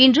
இன்று